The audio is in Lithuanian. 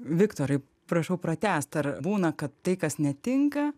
viktorai prašau pratęst ar būna kad tai kas netinka